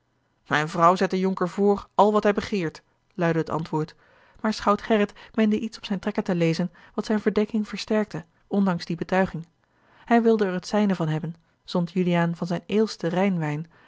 mijne vrouw zet den jonker voor al wat hij begeert luidde het antwoord maar schout gerrit meende iets op zijne trekken te lezen wat zijne verdenking versterkte ondanks die betuiging hij wilde er het zijne van hebben zond juliaan van zijn eêlsten rijnwijn